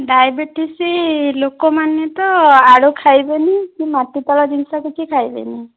diabetes ଲୋକମାନେ ତ ଆଳୁ ଖାଇବେନି କି ମାଟି ତଳ ଜିନିଷ କିଛି ଖାଇବେନି